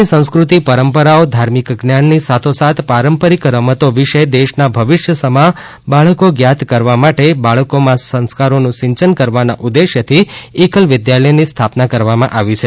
દેશની સંસ્ક્રતિ પરંપરાઓ ધાર્મિક જ્ઞાન ની સાથાસાથ પારંપરિક રમત વિષે દેશના ભવિષ્ય સમા બાળક જ્ઞાત કરવાને માટે બાળકામાં સંસ્કારાબું સિંચન ના ઉદેશ્યથી એકલ વિદ્યાલયની સ્થાપના કરવામાં આવી છે